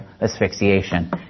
asphyxiation